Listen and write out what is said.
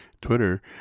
Twitter